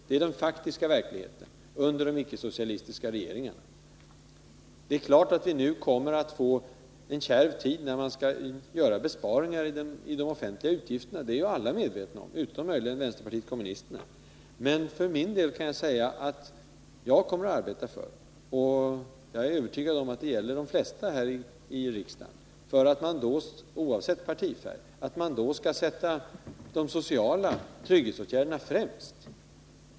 Det är den faktiska verkligheten. Det är klart att vi nu kommer att få en besvärlig tid när vi skall göra besparingar i de offentliga utgifterna — det är alla medvetna om, utom möjligen vänsterpartiet kommunisterna. Men jag för min del kommer att arbeta för — och jag är övertygad om att det gäller de flesta här i riksdagen, oavsett partifärg — att man då skall sätta de sociala trygghetsåtgärderna främst.